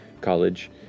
college